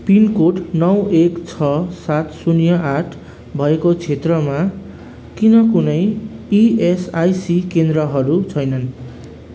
pin code नौ एक छ सात शून्य आठ भएको क्षेत्रमा किन कुनै इएसआइसी केन्द्रहरू छैनन्